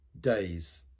days